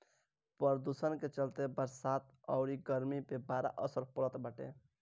प्रदुषण के चलते बरसात अउरी गरमी पे बड़ा असर पड़ल बाटे